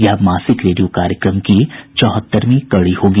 यह मासिक रेडियो कार्यक्रम की चौहत्तरवीं कड़ी होगी